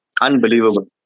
Unbelievable